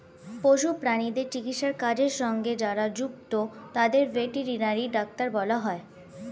পশু প্রাণীদের চিকিৎসার কাজের সঙ্গে যারা যুক্ত তাদের ভেটেরিনারি ডাক্তার বলা হয়